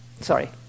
Sorry